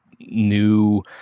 new